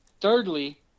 Thirdly